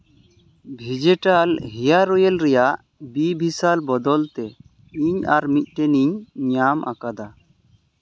ᱵᱷᱤᱡᱤᱴᱟᱞ hair oil ᱨᱮᱭᱟᱜ ᱵᱤ ᱵᱷᱤᱥᱟᱞ ᱵᱚᱫᱚᱞ ᱛᱮ ᱤᱧ ᱟᱨ ᱢᱤᱫᱴᱮᱱ ᱤᱧ ᱧᱟᱢ ᱟᱠᱟᱫᱟ